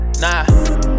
Nah